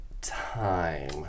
time